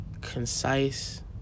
Concise